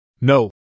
No